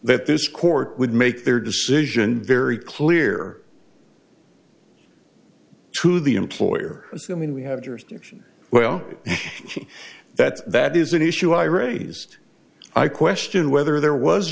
that this court would make their decision very clear to the employer assuming we have jurisdiction well that that is an issue i raised i question whether there was